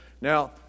Now